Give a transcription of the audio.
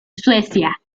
suecia